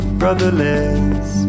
brotherless